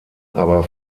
aber